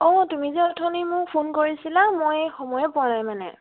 অঁ তুমি যে অথনি মোক ফোন কৰিছিলা মই সময়ে পোৱা নাই মানে